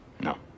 no